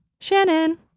Shannon